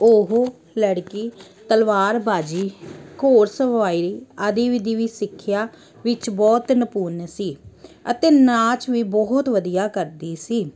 ਉਹ ਲੜਕੀ ਤਲਵਾਰ ਬਾਜੀ ਘੌੜ ਸਵਾਰੀ ਆਦਿ ਵੀ ਦੀ ਵੀ ਸਿੱਖਿਆ ਵਿੱਚ ਬਹੁਤ ਨਿਪੁੰਨ ਸੀ ਅਤੇ ਨਾਚ ਵੀ ਬਹੁਤ ਵਧੀਆ ਕਰਦੀ ਸੀ